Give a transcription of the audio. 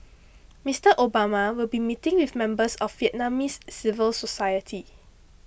Mister Obama will be meeting with members of Vietnamese civil society